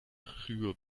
gure